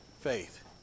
faith